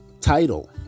title